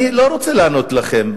אני לא רוצה לענות לכם,